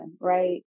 right